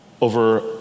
over